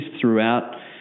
throughout